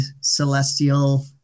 Celestial